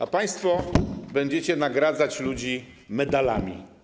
A państwo będziecie nagradzać ludzi medalami.